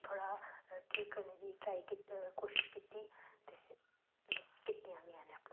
थोह्ड़ा ठीक करने दी ट्राई की कोशश कीती ते में कितियां बी हैन एह् अपने घर